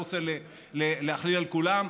אני לא רוצה להכליל את כולם,